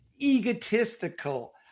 egotistical